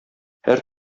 һәр